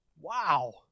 Wow